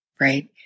right